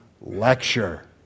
lecture